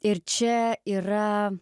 ir čia yra